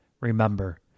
Remember